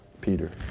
Peter